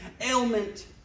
ailment